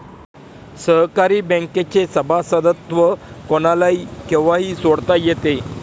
सहकारी बँकेचे सभासदत्व कोणालाही केव्हाही सोडता येते